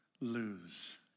lose